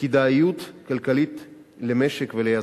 וכדאיות כלכלית למשק וליזם.